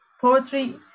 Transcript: poetry